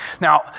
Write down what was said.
Now